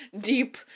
deep